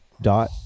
dot